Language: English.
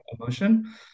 emotion